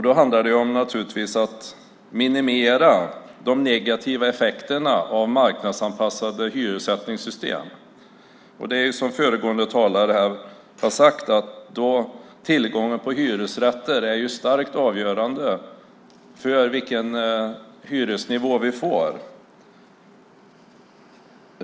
Då handlar det om att minimera de negativa effekterna av marknadsanpassade hyressättningssystem. Som föregående talare har sagt är tillgången på hyresrätter starkt avgörande för vilken hyresnivå vi får.